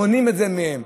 מונעים את זה מהם.